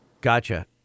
Gotcha